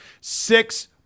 Six